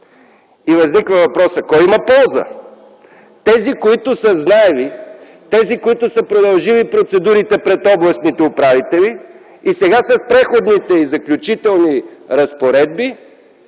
Възниква въпросът: кой има полза? Тези, които са знаели, тези, които са продължили процедурите пред областните управители, и сега с Преходните и заключителни разпоредби